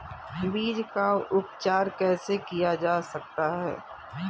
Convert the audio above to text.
बीज का उपचार कैसे किया जा सकता है?